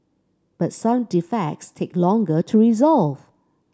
but some defects take longer to resolve